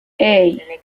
hey